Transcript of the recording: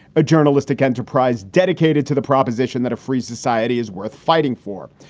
a journalistic enterprise dedicated to the proposition that a free society is worth fighting for.